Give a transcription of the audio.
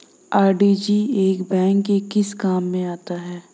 RTGS bank के किस काम में आता है?